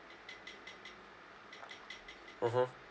mmhmm